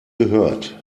gehört